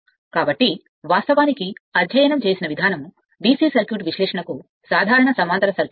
కాబట్టి వాస్తవానికి అధ్యయనం చేసిన విధానం DC సర్క్యూట్ విశ్లేషణకు సాధారణ సమాంతర సర్క్యూట్